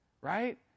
right